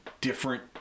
different